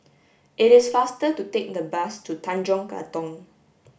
it is faster to take the bus to Tanjong Katong